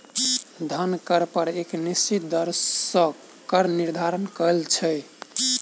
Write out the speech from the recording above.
धन कर पर एक निश्चित दर सॅ कर निर्धारण कयल छै